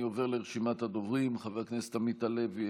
אני עובר לרשימת הדוברים: חבר הכנסת עמית הלוי,